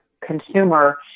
consumer